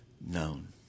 known